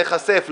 להיחשף.